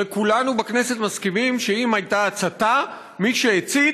וכולנו בכנסת מסכימים שאם הייתה הצתה, מי שהצית,